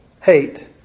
hate